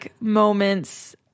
moments